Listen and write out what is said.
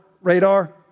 radar